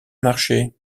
marché